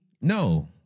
No